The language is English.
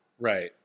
Right